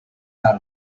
out